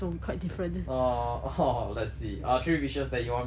!aww! hor let's see ah three wishes that you want me to grant for you okay